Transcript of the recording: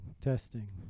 testing